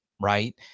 right